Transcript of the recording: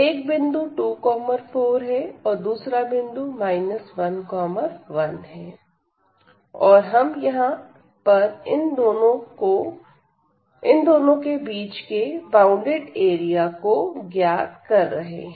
एक बिंदु 24 है और दूसरा बिंदु 11 और हम यहां पर इन दोनों को के बीच के बॉउंडेड एरिया को ज्ञात कर रहे हैं